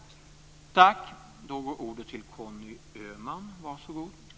Tack!